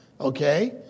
Okay